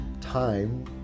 Time